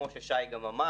כמו ששי גם אמר,